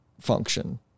function